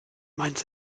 meins